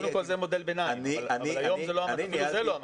זה מודל ביניים אבל היום זה לא המצב.